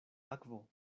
akvo